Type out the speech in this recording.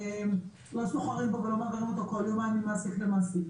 שלא סוחרים בו ולא מעבירים אותו כל יומיים ממעסיק למעסיק.